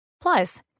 Plus